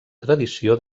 tradició